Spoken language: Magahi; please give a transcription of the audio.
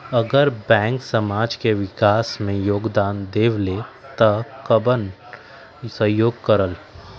अगर बैंक समाज के विकास मे योगदान देबले त कबन सहयोग करल?